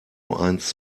eins